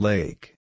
Lake